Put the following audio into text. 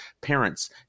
parents